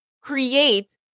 create